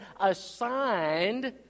assigned